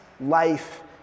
life